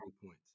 points